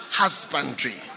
husbandry